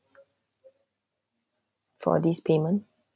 for this payment